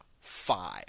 five